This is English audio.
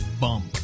bump